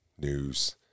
news